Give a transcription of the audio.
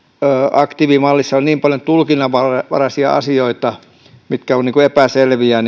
aktiivimallissa on niin paljon tulkinnanvaraisia asioita mitkä ovat epäselviä